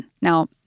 Now